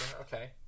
okay